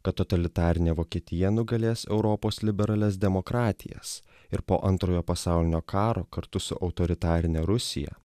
kad totalitarinė vokietija nugalės europos liberalias demokratijas ir po antrojo pasaulinio karo kartu su autoritarine rusija